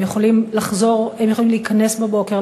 הם יכולים להיכנס בבוקר,